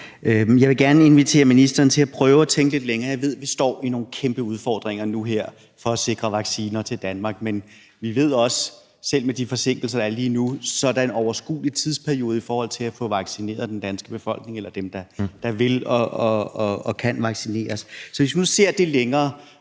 Jeg vil gerne invitere ministeren til at prøve at tænke lidt længere frem. Vi ved, at vi står med nogle kæmpe udfordringer nu og her for at sikre vacciner til Danmark, men vi ved også, at selv med de forsinkelser, der er lige nu, er det en overskuelig tidsperiode i forhold til at få vaccineret den danske befolkning – dem, der vil og kan vaccineres. Så lad os se lidt længere